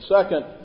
Second